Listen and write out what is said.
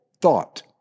thought